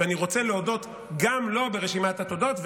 ואני רוצה להודות גם לו ברשימת התודות.